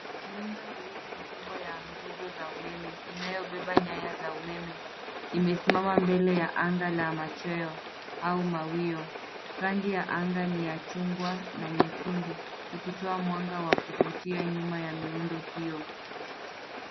Miundo miwili mikubwa ya nguzo za umeme, inayobeba nyaya za umeme, imesimama mbele ya anga la machweo au mawio. Rangi ya anga ni ya chungwa na nyekundu. Ikitoa mwanga wa kuvutia nyuma ya miundo hiyo.